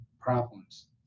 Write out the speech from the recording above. problems